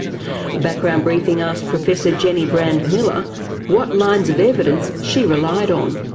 background briefing asked professor jennie brand-miller what lines of evidence she relied on.